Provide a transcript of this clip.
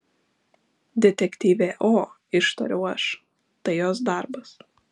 detektyvė o ištariau aš tai jos darbas